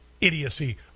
idiocy